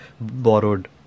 Borrowed